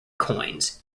coins